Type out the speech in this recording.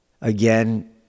Again